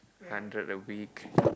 hundred a week